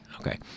Okay